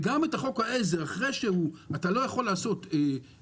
וגם אח חוק העזר אתה לא יכול לעשות חוק